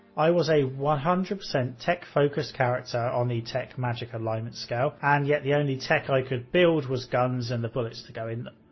i was a one hundred percent tech focused character on the tech magick alignment scale and yet the only tech i could build was guns and the bullets to go in them.